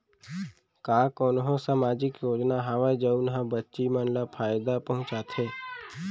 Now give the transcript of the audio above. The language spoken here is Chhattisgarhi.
का कोनहो सामाजिक योजना हावय जऊन हा बच्ची मन ला फायेदा पहुचाथे?